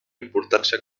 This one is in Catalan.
importància